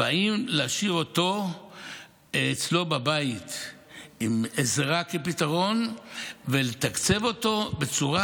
האם להשאיר אותו אצלו בבית עם עזרה כפתרון ולתקצב אותו בצורה